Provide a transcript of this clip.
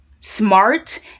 smart